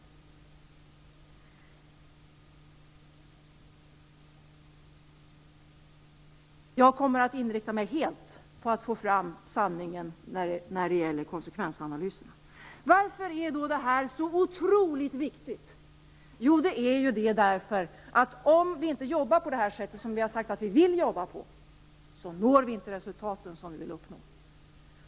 Jag kommer att inrikta mig helt på att få fram sanningen när det gäller konsekvensanalyserna. Varför är detta så otroligt viktigt? Jo, därför att om vi inte jobbar på det sätt som vi har sagt att vi vill jobba på når vi inte de resultat som vi vill uppnå.